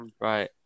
Right